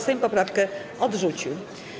Sejm poprawkę odrzucił.